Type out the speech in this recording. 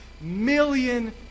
million